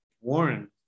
Warren